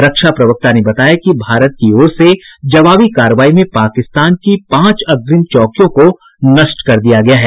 रक्षा प्रवक्ता ने बताया कि भारत की ओर से जवाबी कार्रवाई में पाकिस्तान की पांच अग्रिम चौकियों को नष्ट कर दिया गया है